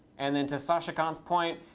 and then to sashikant's point,